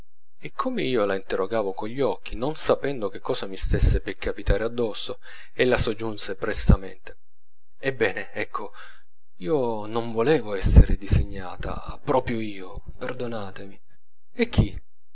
e come io la interrogavo con gli occhi non sapendo che cosa mi stesse per capitare addosso ella soggiunse prestamente ebbene ecco io non volevo esser disegnata proprio io perdonatemi e chi